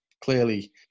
clearly